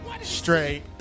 straight